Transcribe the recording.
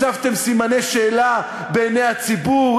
הצבתם סימני-שאלה בעיני הציבור.